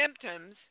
symptoms